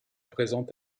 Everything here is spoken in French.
présent